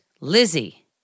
Lizzie